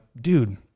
dude